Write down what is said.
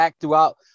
throughout